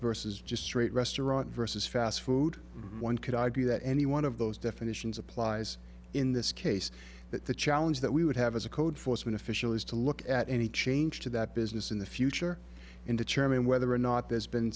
versus just straight restaurant versus fast food one could argue that any one of those definitions applies in this case but the challenge that we would have as a code force one official is to look at any change to that business in the future and determine whether or not there's been